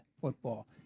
football